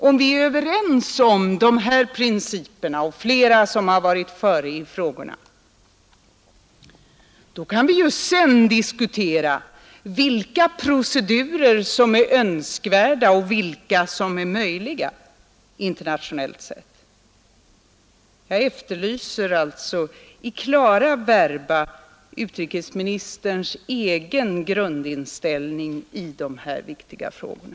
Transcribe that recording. Om vi är överens om de här principerna och flera som har varit före i sammanhanget, då kan vi ju sedan diskutera vilka procedurer som är önskvärda och vilka som är möjliga internationellt sett. Jag efterlyser alltså i klara verba utrikesministerns egen grundinställning i de här viktiga frågorna.